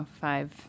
five